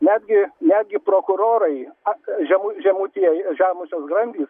netgi netgi prokurorai ak žemu žemutinės žemosios grandys